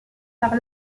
par